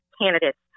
candidates